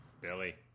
Billy